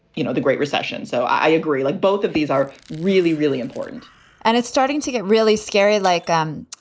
you know, the great recession. so i agree like both of these are really, really important and it's starting to get really scary like them.